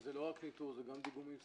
כי זה לא רק ניטור, זה גם דיגומים סביבתיים.